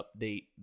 update